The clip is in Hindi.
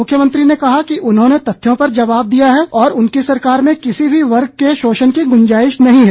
मुख्यमंत्री ने कहा कि उन्होंने तथ्यों पर जवाब दिया है और उनकी सरकार में किसी भी वर्ग के शोषण की गुंजाइश नहीं है